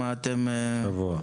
שבוע.